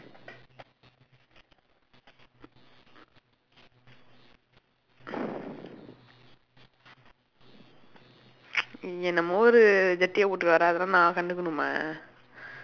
ஏதோ ஒரு ஜட்டிய போட்டுக்கிட்டு வர அதை எல்லாம் நான் கண்டுக்கனுமா:eethoo oru jatdiya pootdukkutdu vara athai ellaam naan kandukkunumaa